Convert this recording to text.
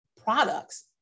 products